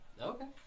Okay